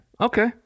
Okay